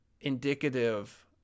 indicative